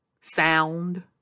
sound